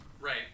Right